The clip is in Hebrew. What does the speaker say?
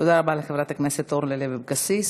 תודה רבה לחברת הכנסת אורלי לוי אבקסיס.